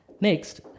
Next